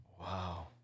Wow